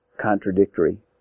contradictory